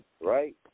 right